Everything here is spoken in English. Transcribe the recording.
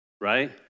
right